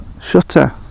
Shutter